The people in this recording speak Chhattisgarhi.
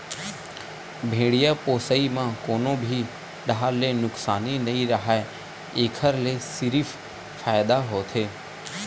भेड़िया पोसई म कोनो भी डाहर ले नुकसानी नइ राहय एखर ले सिरिफ फायदा होथे